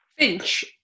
Finch